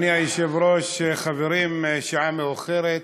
אדוני היושב-ראש, חברים, השעה מאוחרת.